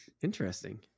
Interesting